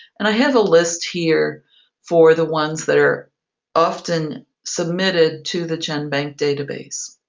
and i have a list here for the ones that are often submitted to the genbank data base.